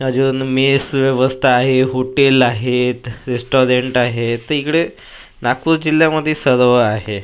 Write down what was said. अजून मेस व्यवस्था आहे होटेल आहेत रेस्टॉरंट आहे तर इकडे नागपूर जिल्ह्यामध्ये सर्व आहे